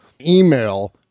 email